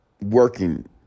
working